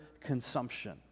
consumption